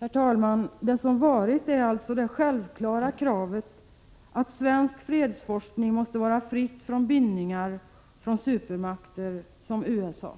Herr talman! Det som varit är alltså det självklara kravet att svensk fredsforskning måste vara fri från bindningar till supermakter som USA.